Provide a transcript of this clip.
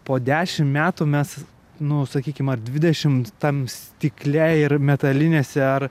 po dešim metų mes nu sakykim ar dvidešimt tam stikle ir metalinėse ar